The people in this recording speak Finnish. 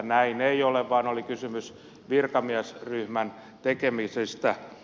näin ei ole vaan oli kysymys virkamiesryhmän tekemisistä